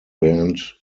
band